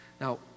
Now